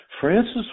Francis